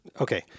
Okay